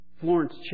Florence